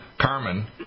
Carmen